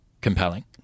compelling